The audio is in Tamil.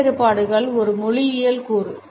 ஒலி வேறுபாடு ஒரு மொழியியல் கூறு